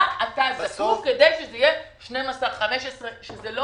למה אתה זקוק כדי שזה יהיה 12,